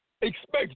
expect